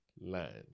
land